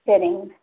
செரிங்க